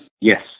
yes